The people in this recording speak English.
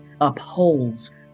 upholds